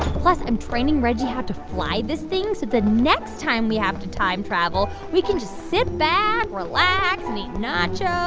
plus, i'm training reggie how to fly this thing. so the next time we have to time travel, we can just sit back, relax and eat nachos